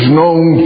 known